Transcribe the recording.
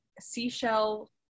seashell